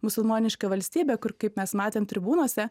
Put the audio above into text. musulmoniška valstybė kur kaip mes matėme tribūnose